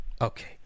Okay